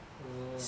uh